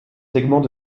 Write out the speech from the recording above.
segments